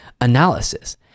analysis